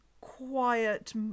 quiet